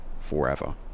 forever